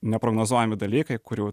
neprognozuojami dalykai kurių